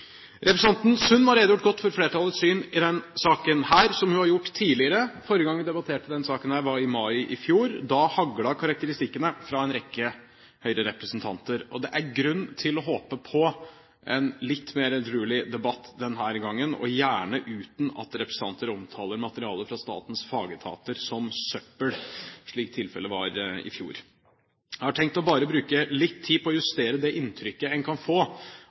Representanten Sund må ha redegjort godt for flertallets syn i denne saken, som hun har gjort tidligere. Forrige gang vi debatterte denne saken, var i mai i fjor. Da haglet karakteristikkene fra en rekke Høyre-representanter. Det er grunn til å håpe på en litt mer edruelig debatt denne gangen, og gjerne uten at representanter omtaler materialet fra statens fagetater som søppel, slik tilfellet var i fjor. Jeg har tenkt å bruke litt tid på å justere det inntrykket en kan få